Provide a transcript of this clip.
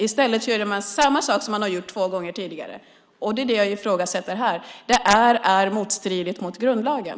I stället gjorde man samma sak som man hade gjort två gånger tidigare. Det är vad jag ifrågasätter här. Det är motstridigt mot grundlagen.